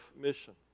mission